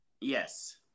Yes